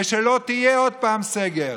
ושלא יהיה עוד פעם סגר,